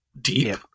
deep